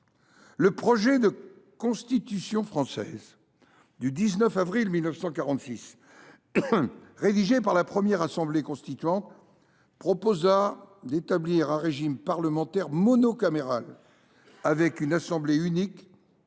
Le projet de Constitution française du 19 avril 1946, rédigé par la première assemblée constituante, prévoyait d’établir un régime parlementaire monocaméral, avec une assemblée unique